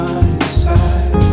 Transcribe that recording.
inside